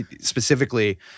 specifically